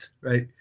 right